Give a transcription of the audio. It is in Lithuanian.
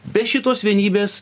be šitos vienybės